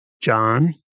John